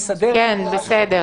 שמסדר את ההגדרה.